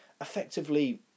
effectively